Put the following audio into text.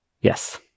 Yes